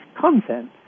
content